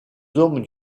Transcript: hommes